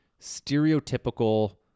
stereotypical